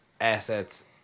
assets